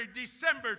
December